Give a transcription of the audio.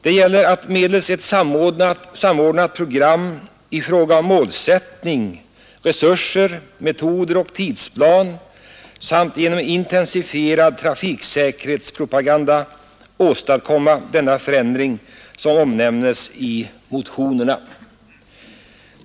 Det gäller att medels ett samordnat program i fråga om målsättning, resurser, metoder och tidsplan samt genom en intensifierad trafiksäkerhetspropaganda åstadkomma den förändring som omnämnes i motionerna.